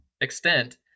extent